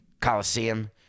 coliseum